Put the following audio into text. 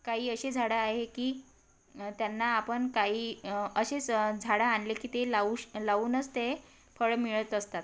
काही अशी झाडं आहे की त्यांना आपण काही अशीच झाडं आणले की ते लावूश लावूनच ते फळं मिळत असतात